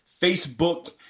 Facebook